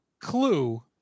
clue